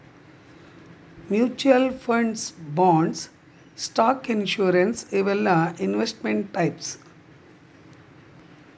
mutual funds bonds stock insurance ಇವೆಲ್ಲಾ investment types